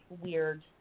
weird